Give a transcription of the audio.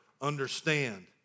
understand